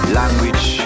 language